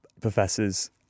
professors